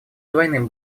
двойным